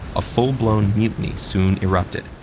a full-blown mutiny soon erupted,